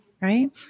right